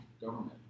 government